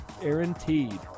guaranteed